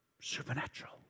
Supernatural